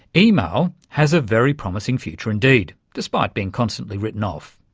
email has a very promising future indeed, despite being constantly written-off.